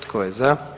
Tko je za?